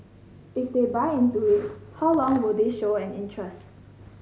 if they buy into it how long will they show an interest